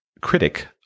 critic